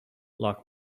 lock